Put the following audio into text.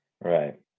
Right